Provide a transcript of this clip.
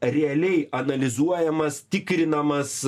realiai analizuojamas tikrinamas